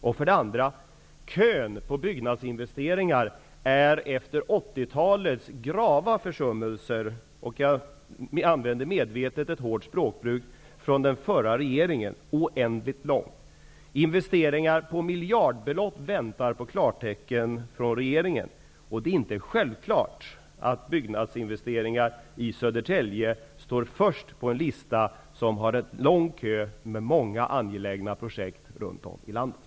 Det andra skälet är att kön för byggnadsinvesteringar efter 80-talets grava försummelser -- jag använder nu medvetet ett hårt språkbruk som jag hämtar från den förra regeringen -- ''oändligt lång''. Investeringar på miljdardbelopp väntar på klartecken från regeringen, och det är inte självklart att byggnadsinvesteringar i Södertälje står först på listan med många angelägna projekt runt om i landet.